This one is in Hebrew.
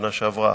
שנה שעברה,